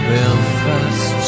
Belfast